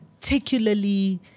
...particularly